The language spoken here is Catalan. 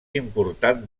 important